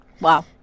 Wow